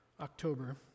October